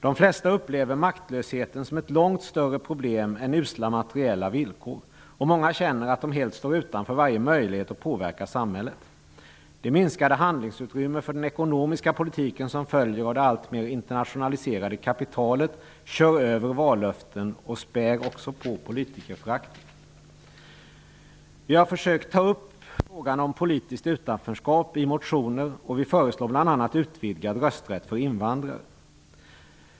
De flesta upplever maktlösheten som ett långt större problem än usla materiella villkor, och många känner att de helt står utanför varje möjlighet att påverka samhället. Det minskande handlingsutrymmet för den ekonomiska politiken som följer av det alltmer internationaliserade kapitalet kör över vallöften och späder på politikerföraktet. Vi har försökt ta upp frågan om politiskt utanförskap i motionen. Vi föreslår bl.a. utvidgad rösträtt för invandrare.